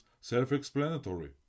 self-explanatory